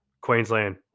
Queensland